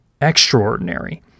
extraordinary